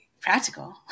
practical